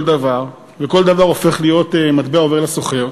דבר וכל דבר הופך להיות מטבע עובר לסוחר,